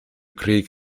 creek